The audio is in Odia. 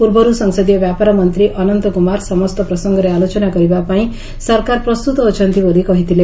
ପୂର୍ବରୁ ସଂସଦୀୟ ବ୍ୟାପାର ମନ୍ତ୍ରୀ ଅନନ୍ତ କୁମାର ସମସ୍ତ ପ୍ରସଙ୍ଗରେ ଆଲୋଚନା କରିବାପାଇଁ ସରକାର ପ୍ରସ୍ତୁତ ଅଛନ୍ତି ବୋଲି କହିଥିଲେ